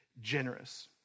generous